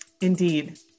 indeed